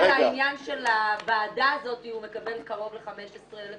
רק על העניין של הוועדה הזאת הוא מקבל קרוב ל-15,000 שקל.